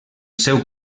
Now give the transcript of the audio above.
seu